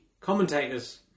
commentators